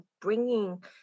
bringing